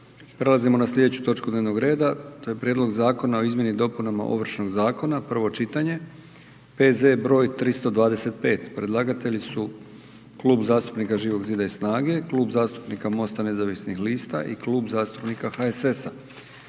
**Jandroković, Gordan (HDZ)** Prijedlog Zakona o izmjeni i dopunama Ovršnog zakona, prvo čitanje P.Z. broj 325. Predlagatelji su Klub zastupnika Živog zida i SNAGE te Klub zastupnika MOST-a nezavisnih liste i Klub zastupnika HSS-a,